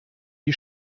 die